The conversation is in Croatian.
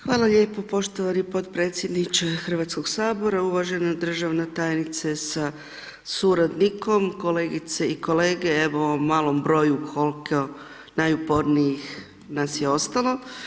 Hvala lijepo poštovani potpredsjedniče Hrvatskog sabora, uvažena državan tajnice sa suradnikom, kolegice i kolege, evo u ovom malo broju koliko najupornijih nas je ostalo.